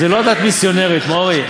זו לא דת מיסיונרית, מורי.